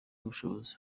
ubushobozi